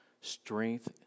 strength